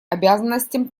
обязанностям